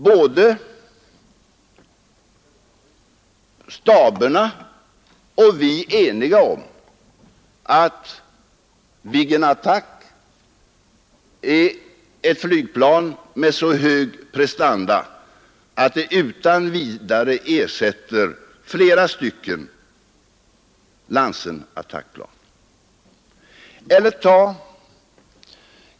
Både staberna och vi är eniga om att Attackviggen är ett flygplan med så höga prestanda att det utan vidare ersätter flera stycken attackplan av typ Lansen.